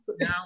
now